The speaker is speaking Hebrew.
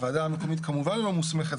הוועדה המקומית כמובן לא מוסמכת,